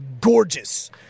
gorgeous